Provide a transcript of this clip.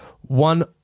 One